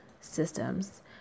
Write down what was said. systems